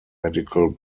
medical